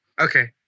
okay